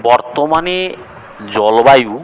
বর্তমানে জলবায়ু